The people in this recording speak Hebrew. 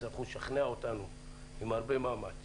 תצטרכו לשכנע אותנו עם הרבה מאמץ.